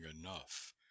enough